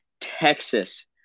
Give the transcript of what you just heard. Texas